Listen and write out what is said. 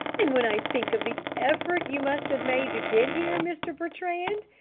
and when i think of the effort you must have made to get here, mr. bertrand,